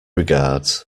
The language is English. regards